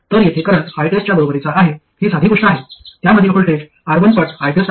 तर येथे current ITEST च्या बरोबरीचा आहे ही साधी गोष्ट आहे त्यामधील व्होल्टेज R1 पट ITEST आहे